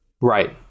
Right